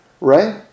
Right